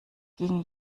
ging